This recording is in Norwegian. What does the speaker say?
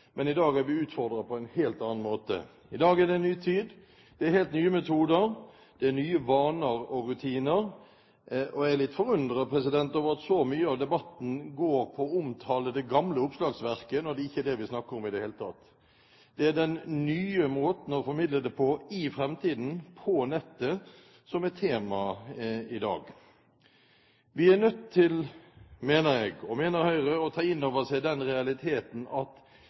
men i dag er vi utfordret på en helt annen måte. I dag er det en ny tid. Det er helt nye metoder, det er nye vaner og rutiner. Og jeg er litt forundret over at så mye av debatten går på å omtale det gamle oppslagsverket, når det ikke er det vi snakker om i det hele tatt. Det er den nye måten å formidle på i framtiden, på nettet, som er temaet i dag. Vi er nødt til, mener jeg og mener Høyre, å ta inn over oss den realiteten at